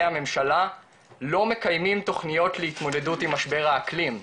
הממשלה לא מקיימים תוכניות להתמודדות עם משבר האקלים,